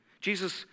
jesus